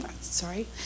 sorry